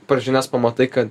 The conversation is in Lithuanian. per žinias pamatai kad